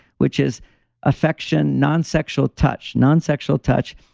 which is affection, nonsexual touch, nonsexual touch,